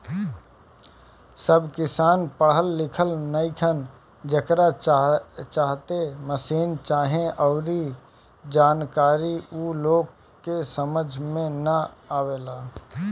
सब किसान पढ़ल लिखल नईखन, जेकरा चलते मसीन चाहे अऊरी जानकारी ऊ लोग के समझ में ना आवेला